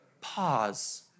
Pause